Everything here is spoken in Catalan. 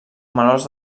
manuals